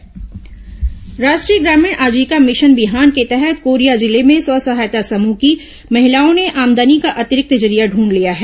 गोबर दीये राष्ट्रीय ग्रामीण आजीविका मिशन बिहान के तहत कोरिया जिले में स्व सहायता समूह की महिलाओं ने आमदनी का अतिरिक्त जरिया ढंढ लिया है